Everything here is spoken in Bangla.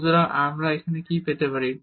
সুতরাং আমরা এখানে কি পেতে পারি